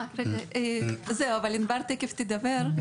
ענבר תיכף תדבר.